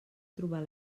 trobar